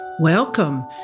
Welcome